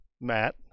Matt